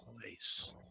place